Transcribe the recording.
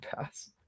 Pass